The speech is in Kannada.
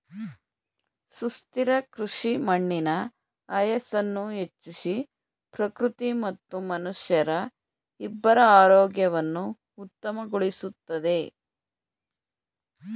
ಸುಸ್ಥಿರ ಕೃಷಿ ಮಣ್ಣಿನ ಆಯಸ್ಸನ್ನು ಹೆಚ್ಚಿಸಿ ಪ್ರಕೃತಿ ಮತ್ತು ಮನುಷ್ಯರ ಇಬ್ಬರ ಆರೋಗ್ಯವನ್ನು ಉತ್ತಮಗೊಳಿಸುತ್ತದೆ